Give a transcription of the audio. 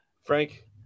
Frank